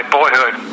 boyhood